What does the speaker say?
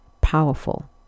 powerful